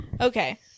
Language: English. okay